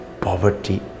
poverty